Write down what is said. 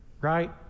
right